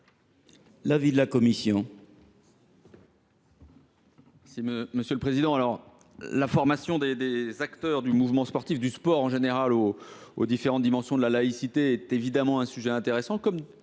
l’avis de la commission